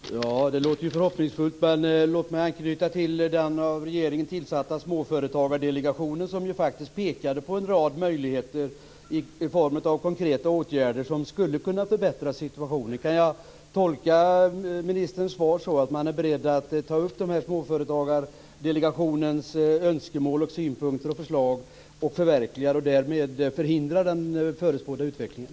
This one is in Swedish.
Herr talman! Det låter ju förhoppningsfullt. Men låt mig anknyta till den av regeringen tillsatta Småföretagardelegationen som ju faktiskt pekade på en rad möjligheter i form av konkreta åtgärder som skulle kunna förbättra situationen. Kan jag tolka ministerns svar som att man är beredd att ta upp Småföretagardelegationens önskemål, synpunkter och förslag och förverkliga dem och därmed förhindra den förutspådda utvecklingen?